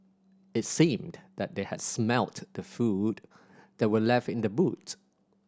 it seemed that they had smelt the food that were left in the boot